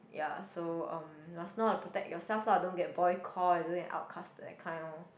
ya so um just know how to protect yourself lah don't get boycott don't get outcasted that kind lor